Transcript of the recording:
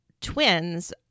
twins